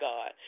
God